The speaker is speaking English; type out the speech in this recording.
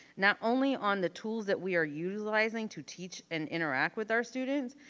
not only on the tools that we are utilizing to teach and interact with our students,